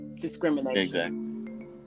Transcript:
discrimination